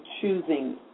choosing